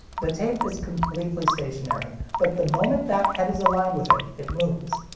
the tape is completely stationary, but the moment that head is aligned with it, it moves.